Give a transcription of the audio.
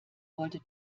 wollte